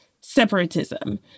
separatism